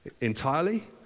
entirely